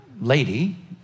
lady